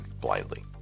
blindly